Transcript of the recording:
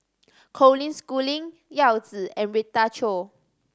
Colin Schooling Yao Zi and Rita Chao